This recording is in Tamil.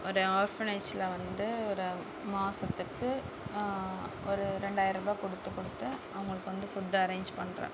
ஒரு ஆர்ஃபனேஜில் வந்து ஒரு மாதத்துக்கு ஒரு ரெண்டாயர ரூபா கொடுத்து கொடுத்து அவங்களுக்கு வந்து ஃபுட் அரேஞ்ச் பண்ணுறேன்